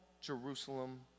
Jerusalem